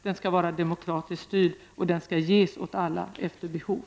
Den skall vara demokratiskt styrd och den skall ges åt alla efter behov.